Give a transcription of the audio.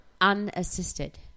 unassisted